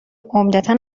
عمدتا